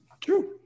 True